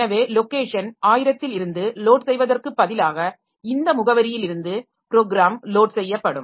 எனவே லொக்கேஷன் 1000 லிருந்து லோட் செய்வதற்கு பதிலாக இந்த முகவரியிலிருந்து ப்ரோக்ராம் லோட் செய்யப்படும்